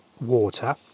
water